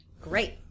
Great